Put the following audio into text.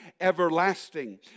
everlasting